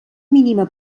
mínima